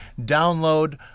download